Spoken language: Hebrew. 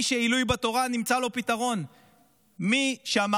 מי שעילוי בתורה, נמצא לו פתרון.